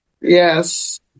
Yes